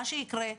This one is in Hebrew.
מה שיקרה,